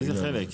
באיזה חלק?